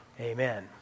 amen